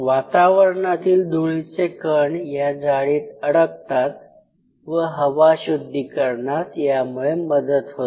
वातावरणातील धुळीचे कण या जाळीत अडकतात व हवा शुद्धीकरणास यामुळे मदत होते